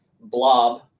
blob